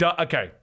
okay